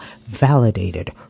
validated